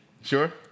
Sure